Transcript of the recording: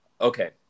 Okay